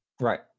Right